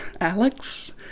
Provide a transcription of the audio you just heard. Alex